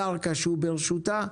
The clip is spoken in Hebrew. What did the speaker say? הקרקע שברשותה,